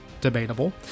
debatable